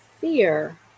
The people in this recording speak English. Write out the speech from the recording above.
fear